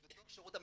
בתוך שירות המדינה.